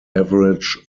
average